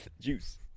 Juice